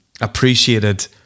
appreciated